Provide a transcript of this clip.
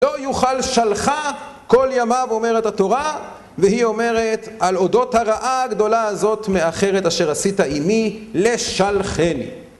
לא יוכל שלחה כל ימיו אומרת התורה והיא אומרת על אודות הרעה הגדולה הזאת מאחרת אשר עשית עימי לשלכני